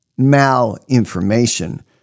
malinformation